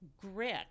grit